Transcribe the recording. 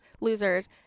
losers